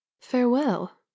farewell